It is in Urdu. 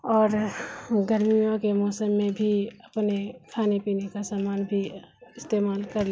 اور گرمیوں کے موسم میں بھی اپنے کھانے پینے کا سامان بھی استعمال کر